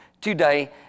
today